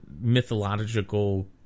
mythological